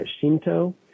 Shinto